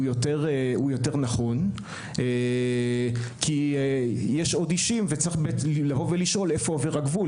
הוא יותר נכון כי יש עוד אישים וצריך באמת לבוא ולשאול איפה עובר הגבול.